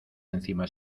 encima